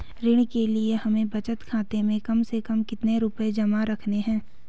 ऋण के लिए हमें बचत खाते में कम से कम कितना रुपये जमा रखने हैं?